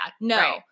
No